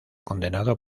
condenado